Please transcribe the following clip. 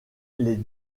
les